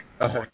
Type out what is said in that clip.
Okay